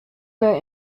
were